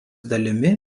dalimi